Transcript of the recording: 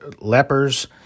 lepers